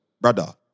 Brother